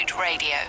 radio